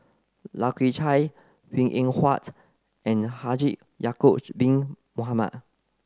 Lai Kew Chai Png Eng Huat and Haji Ya'acob bin Mohamed